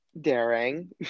daring